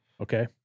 okay